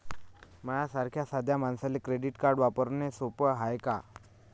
माह्या सारख्या साध्या मानसाले क्रेडिट कार्ड वापरने सोपं हाय का?